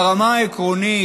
ברמה העקרונית,